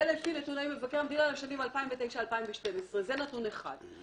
זה לפי נתוני מבקר המדינה לשנים 2009 עד 2012. זה נתון אחד.